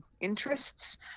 interests